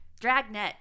dragnet